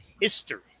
history